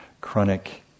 chronic